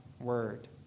word